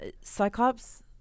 Cyclops